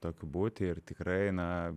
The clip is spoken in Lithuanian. tokiu būti ir tikrai na